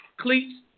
cleats